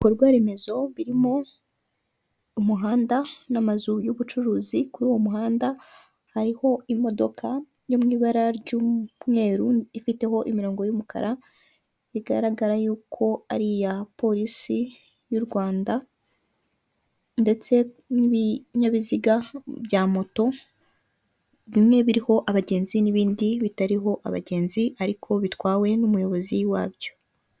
Ibikorwaremezo birimo umuhanda n'amazu y'ubucuruzi, kuri uwo muhanda hariho imodoka yow'ibara ry'umweru ifiteho imirongo y'umukara igaragarako ari iya polisi y'u Rwanda. Ndetse n'ibinyabiziga bya moto bimwe biriho abagenzi n'ibindi bitariho abagenzi, ariko bitwawe n'umuyobozi wabyo.